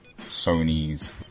Sony's